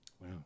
Wow